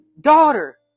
daughter